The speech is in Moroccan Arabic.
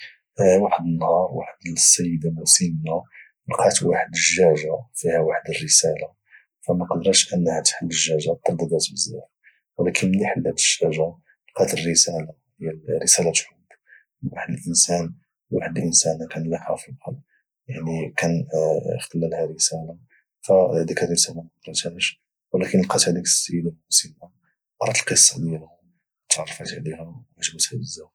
واحد النهار واحد السيدة مسنة لقات واحد الجاجة فيها واحد الرسالة فمقدراتش انها تحل الجاجة ترددات بزاف ولكن ملي حلات الجاجة لقات الرسالة رسالة حب من واحد الإنسان لواحد الإنسانة كان لاحها في البحر يعني كان خلالها ديك الرسالة فديك الرسالة مقراتهاش ولكن لقاتها ديك السيدة المسنة وقرات ديك الرسالة ديالهم او تعرفات عليها وعجباتها بزاف